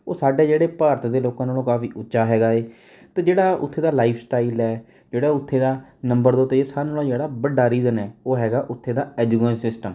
ਉਹ ਸਾਡੇ ਜਿਹੜੇ ਭਾਰਤ ਦੇ ਲੋਕਾਂ ਨਾਲੋਂ ਕਾਫੀ ਉੱਚਾ ਹੈਗਾ ਏ ਅਤੇ ਜਿਹੜਾ ਉੱਥੇ ਦਾ ਲਾਈਫ ਸਟਾਈਲ ਹੈ ਜਿਹੜਾ ਉੱਥੇ ਦਾ ਨੰਬਰ ਦੋ 'ਤੇ ਸਾਰਿਆ ਨਾਲੋਂ ਜਿਹੜਾ ਵੱਡਾ ਰੀਜ਼ਨ ਹੈ ਉਹ ਹੈਗਾ ਉੱਥੇ ਦਾ ਐਜੂਕੇਸ਼ਨ ਸਿਸਟਮ